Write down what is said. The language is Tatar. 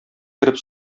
кереп